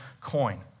coin